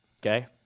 Okay